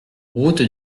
route